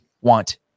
want